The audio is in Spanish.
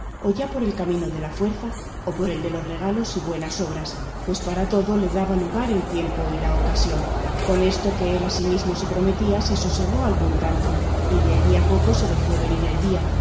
o ya por el camino de la fuerza o por el de los regalos y buenas obras pues para todo le daba lugar el tiempo y la ocasión con esto que él a sí mismo se prometía se sosegó algún tanto y de allí a poco se dejó venir el día